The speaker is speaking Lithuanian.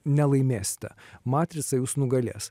nelaimėsite matrica jus nugalės